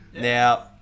Now